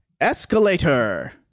Escalator